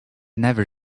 never